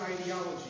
ideology